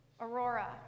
Aurora